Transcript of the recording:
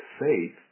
faith